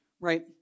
right